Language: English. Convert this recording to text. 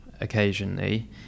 occasionally